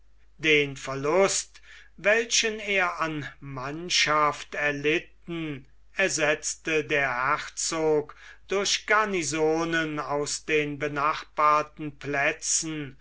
den verlust welchen er an mannschaft erlitten ersetzte der herzog durch garnisonen aus den benachbarten plätzen